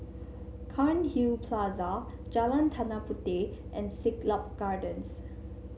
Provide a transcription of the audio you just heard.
Cairnhill Plaza Jalan Tanah Puteh and Siglap Gardens